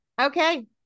okay